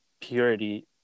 purity